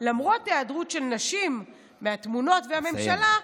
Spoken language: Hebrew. למרות היעדרות של נשים מהתמונות והממשלה,